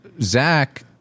Zach